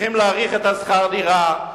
צריכים להאריך את שכירת הדירה,